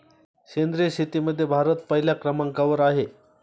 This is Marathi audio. सेंद्रिय शेतीमध्ये भारत पहिल्या क्रमांकावर आहे